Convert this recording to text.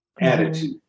attitude